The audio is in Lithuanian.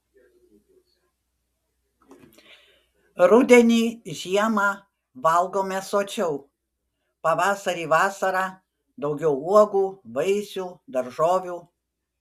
rudenį žiemą valgome sočiau pavasarį vasarą daugiau uogų vaisių daržovių